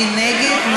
מי נגד?